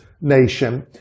nation